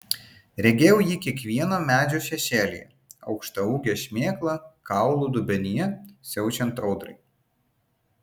regėjau jį kiekvieno medžio šešėlyje aukštaūgę šmėklą kaulų dubenyje siaučiant audrai